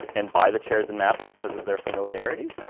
and buy the chairs and maps because of their familiarity?